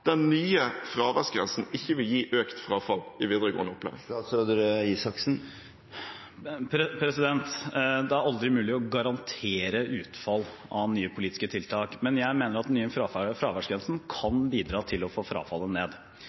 den nye fraværsgrensen ikke vil gi økt frafall i videregående opplæring? Det er aldri mulig å garantere utfall av nye politiske tiltak, men jeg mener at den nye fraværsgrensen kan bidra til å få frafallet ned,